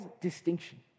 distinction